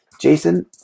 Jason